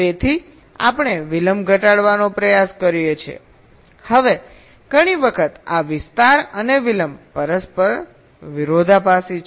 તેથી આપણે વિલંબ ઘટાડવાનો પ્રયાસ કરીએ છીએ હવે ઘણી વખત આ વિસ્તાર અને વિલંબ પરસ્પર વિરોધાભાસી છે